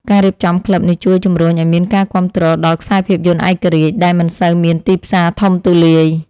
ការរៀបចំក្លឹបនេះជួយជំរុញឱ្យមានការគាំទ្រដល់ខ្សែភាពយន្តឯករាជ្យដែលមិនសូវមានទីផ្សារធំទូលាយ។